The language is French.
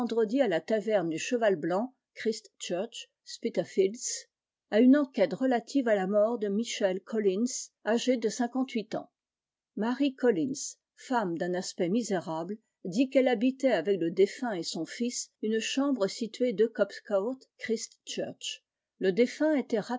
à la taverne du cheval blanc christ church spitalneids à une enquête relative à la mort de michel collins âgé de cinquante-huit ans mary collins femme d'un aspect misérable dit qu'elle habitait avec le défuntet son nts une chambre située de kriss le défunt était